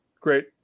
great